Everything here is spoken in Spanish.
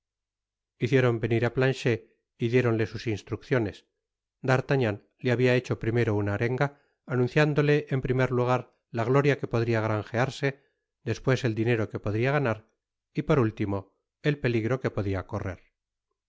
hicieron venir á planchet y diéronle sus instrucciones d'artagnan le habia hecho primero una arenga anunciándole en primer lugar la gloria que podia granjearse despues el dinero que podia ganar y por último el peligro que podia correr